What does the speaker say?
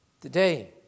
today